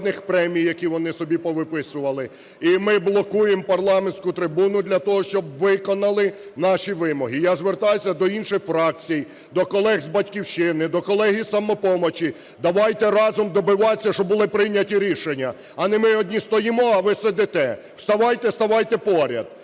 Я звертаюся до інших фракцій, до колег з "Батьківщини", до колег із "Самопомочі": давайте разом добиватися, щоб були прийняті рішення, а не ми одні стоїмо, а ви сидите. Вставайте, вставайте поряд,